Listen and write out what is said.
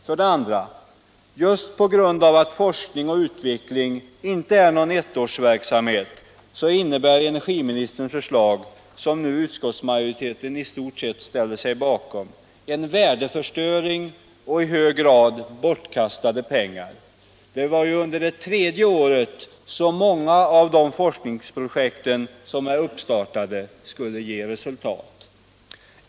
För det andra innebär energiministerns förslag, som nu utskottsmajoriteten i stort sett ställt sig bakom, just på grund av att forskning och utveckling inte är någon ettårsverksamhet, en värdeförstöring och i hög grad bortkastade pengar. Det var ju under det tredje året som många av de startade forskningsprojekten skulle ge resultat.